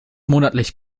monatlich